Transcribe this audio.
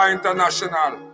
International